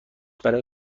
برای